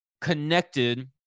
connected